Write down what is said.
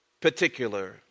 particular